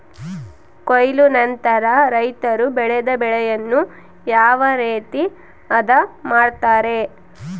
ಕೊಯ್ಲು ನಂತರ ರೈತರು ಬೆಳೆದ ಬೆಳೆಯನ್ನು ಯಾವ ರೇತಿ ಆದ ಮಾಡ್ತಾರೆ?